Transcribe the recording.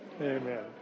Amen